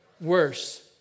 worse